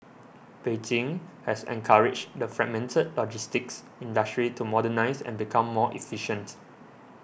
Beijing has encouraged the fragmented logistics industry to modernise and become more efficient